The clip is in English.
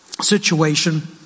situation